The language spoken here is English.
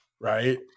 Right